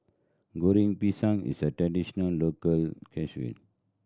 Goreng Pisang is a traditional local